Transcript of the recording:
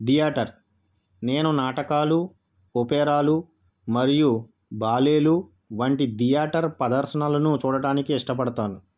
theatre నేను నాటకాలు ఒపేరాలు మరియు బాలీలు వంటి థియేటర్ ప్రదర్శనలను చూడటానికి ఇష్టపడతాను